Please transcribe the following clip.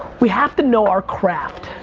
we have to know our craft.